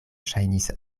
ŝajnis